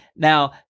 Now